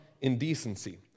indecency